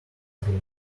again